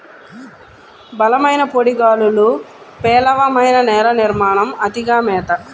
బలమైన పొడి గాలులు, పేలవమైన నేల నిర్మాణం, అతిగా మేత